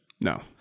No